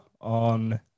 on